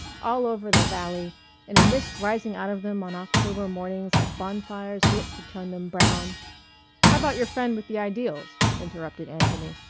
all over the valley and a mist rising out of them on october mornings like bonfires lit to turn them brown how about your friend with the ideals? interrupted anthony.